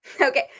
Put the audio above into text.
Okay